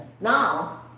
now